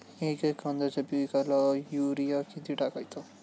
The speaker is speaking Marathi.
एक एकर कांद्याच्या पिकाला युरिया किती टाकायचा?